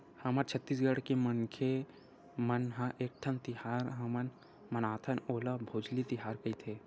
हमर छत्तीसगढ़ के मनखे मन ह एकठन तिहार हमन मनाथन ओला भोजली तिहार कइथे